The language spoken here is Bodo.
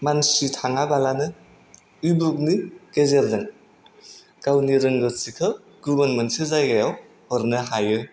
मानसि थाङाबालानो इ बुखनि गेजेरजों गावनि रोंगौथिखौ गुबुन मोनसे जायगायाव हरनो हायो